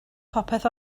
popeth